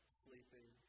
sleeping